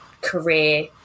career